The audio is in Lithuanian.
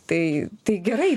tai tai gerai